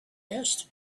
asked